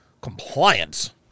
compliance